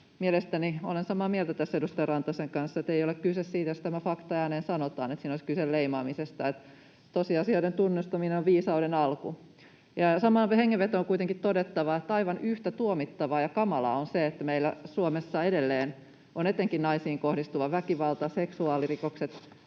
määrään. Olen samaa mieltä tässä edustaja Rantasen kanssa, että jos tämä fakta ääneen sanotaan, siinä ei ole kyse leimaamisesta. Tosiasioiden tunnustaminen on viisauden alku. Samaan hengenvetoon on kuitenkin todettava, että aivan yhtä tuomittavaa ja kamalaa on se, että meillä Suomessa edelleen ovat etenkin naisiin kohdistuva väkivalta ja seksuaalirikokset